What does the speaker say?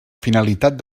finalitat